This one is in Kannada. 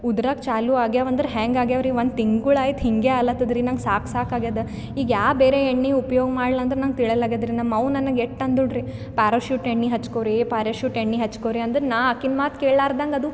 ಉದ್ರಾಕೆ ಚಾಲು ಆಗ್ಯಾವಂದ್ರ ಹ್ಯಾಂಗ ಆಗ್ಯಾವ್ರಿ ಒಂದು ತಿಂಗಳ್ ಐತ್ ಹಿಂಗೆ ಆಲಾತದ್ರಿ ನಂಗೆ ಸಾಕು ಸಾಕು ಆಗ್ಯಾದ ಈಗ ಯಾ ಬೇರೆ ಎಣ್ಣೆ ಉಪ್ಯೋಗ ಮಾಡ್ಲ ಅಂದ್ರೆ ನಂಗೆ ತಿಳಿಯಲ್ ಆಗದ್ರಿ ನಮ್ಮ ಅವ್ವ ನನ್ಗೆ ಎಷ್ಟ್ ಅಂದಳ್ರಿ ಪ್ಯಾರಶೂಟ್ ಎಣ್ಣೆ ಹಚ್ಕೋರಿ ಪ್ಯಾರಶೂಟ್ ಎಣ್ಣೆ ಹಚ್ಕೋರಿ ಅಂದ್ರೆ ನಾ ಆಕಿನ ಮಾತು ಕೇಳಾರದಂಗೆ ಅದು